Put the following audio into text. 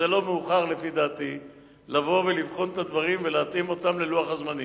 זה לא מאוחר לפי דעתי לבוא ולבחון את הדברים ולהתאים אותם ללוח הזמנים.